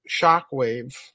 shockwave